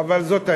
אבל זאת האמת.